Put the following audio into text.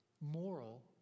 moral